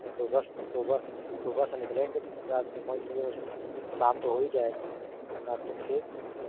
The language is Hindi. पूरा सूबह सूबह सुबह से निकलेंगे तो पूरा तब मालूम चलेगा शाम तो हो ही जाएगा रात तब फिर